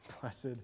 Blessed